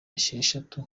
esheshatu